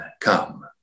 come